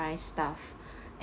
summarize stuff and